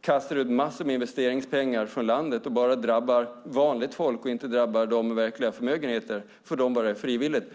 kastar ut massor av investeringspengar från landet och bara drabbar vanligt folk och inte dem med verkliga förmögenheter? För dem var det frivilligt.